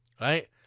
Right